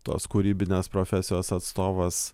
tos kūrybinės profesijos atstovas